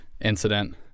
incident